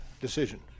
decision